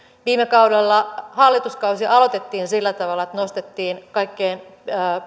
viime kaudella hallituskausi aloitettiin sillä tavalla että nostettiin kaikkein